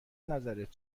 نظرت